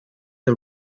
del